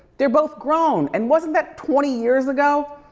they're both grown and wasn't that twenty years ago?